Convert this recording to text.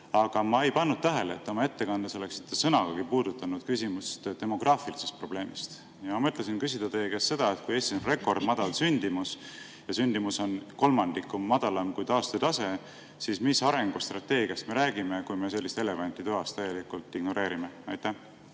Aga ma ei pannud tähele, et te oma ettekandes oleksite sõnagagi puudutanud küsimust demograafilisest probleemist. Mõtlesin küsida teie käest: kui Eestis on rekordmadal sündimus – sündimus on kolmandiku võrra madalam kui taastetase –, siis mis arengustrateegiast me räägime, kui me sellist elevanti toas täielikult ignoreerime? Suur